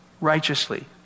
righteously